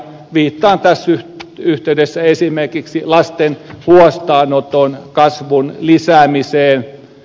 viittaan tässä yhteydessä esimerkiksi lasten huostaanoton kasvun lisäämiseen